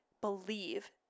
believe